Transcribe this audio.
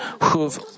who've